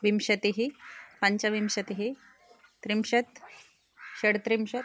विंशतिः पञ्चविंशतिः त्रिंशत् षड्त्रिंशत्